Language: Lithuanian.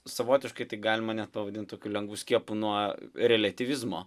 savotiškai tai galima net pavadint tokiu lengvu skiepu nuo reliatyvizmo